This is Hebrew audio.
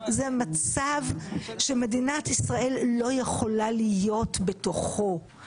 זה מצב שמדינת ישראל לא יכולה להיות בתוכו.